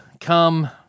come